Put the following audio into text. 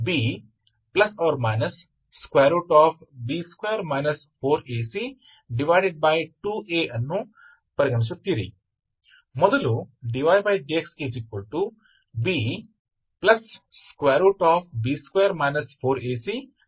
तो यह कुछ भी नहीं दिया गया है इसका मतलब है कि xy प्लेन से संबंधित है इसलिए यह differential equation partial differential equation का आपका डोमेन है